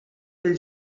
pel